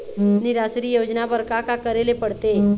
निराश्री योजना बर का का करे ले पड़ते?